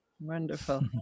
Wonderful